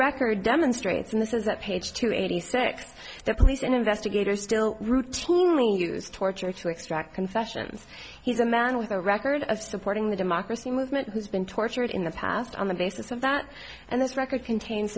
record demonstrates this is that page two eighty six the police and investigators still routinely use torture to extract confessions he's a man with a record of supporting the democracy movement who's been tortured in the past on the basis of that and this record c